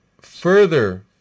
further